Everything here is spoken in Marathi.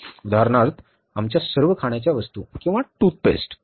उदाहरणार्थ आमच्या सर्व खाण्याच्या वस्तू किंवा टूथपेस्ट